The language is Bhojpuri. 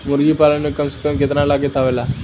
मुर्गी पालन में कम से कम कितना लागत आवेला?